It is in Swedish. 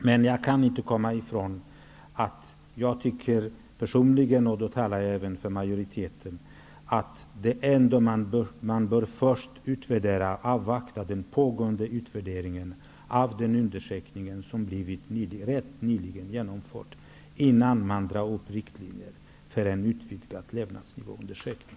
Men jag kan inte komma ifrån att jag personligen tycker -- och då talar jag även för majoriteten -- att man först bör avvakta den pågående utvärderingen av den undersökning som nyligen genomförts innan man drar upp riktlinjer för en utvidgad levnadsnivåundersökning.